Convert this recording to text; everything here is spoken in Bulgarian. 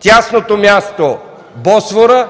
Тяхното място е Босфора,